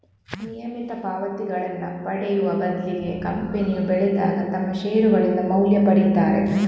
ನಿಯಮಿತ ಪಾವತಿಗಳನ್ನ ಪಡೆಯುವ ಬದ್ಲಿಗೆ ಕಂಪನಿಯು ಬೆಳೆದಾಗ ತಮ್ಮ ಷೇರುಗಳಿಂದ ಮೌಲ್ಯ ಪಡೀತಾರೆ